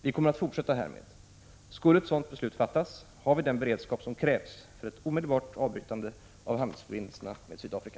Vi kommer att fortsätta härmed. Skulle ett sådant beslut fattas, har vi den beredskap som krävs för ett omedelbart avbrytande av handelsförbindelserna med Sydafrika.